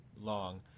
long